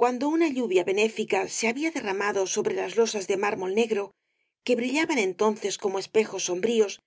cuando una lluvia benéfica se había derramado sobre las losas de mármol negro que brillaban entonces como espejos sombríos